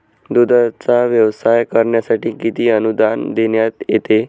दूधाचा व्यवसाय करण्यासाठी किती अनुदान देण्यात येते?